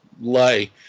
lay